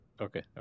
Okay